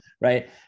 Right